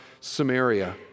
Samaria